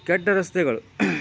ಕೆಟ್ಟ ರಸ್ತೆಗಳು